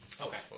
Okay